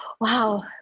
Wow